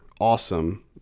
awesome